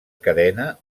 cadena